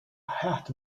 heart